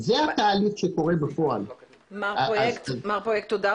בגלל פקודת המיסים גבייה